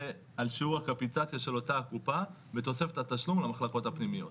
על שיעור הקפיטציה של אותה הקופה בתוספת התשלום למחלקות הפנימיות.